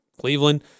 Cleveland